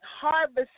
harvest